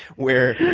where,